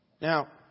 Now